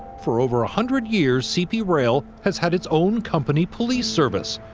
for over a hundred years, cp rail has had its own company police service.